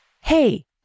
Hey